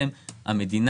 מאיפה הכסף?